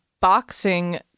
boxing